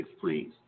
please